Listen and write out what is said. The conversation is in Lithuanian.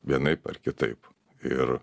vienaip ar kitaip ir